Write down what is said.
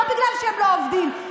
לא בגלל שהם לא עובדים,